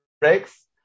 breaks